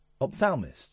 Ophthalmist